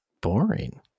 boring